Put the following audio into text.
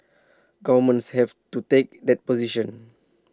governments have to take that position